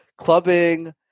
clubbing